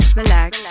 relax